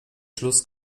schluss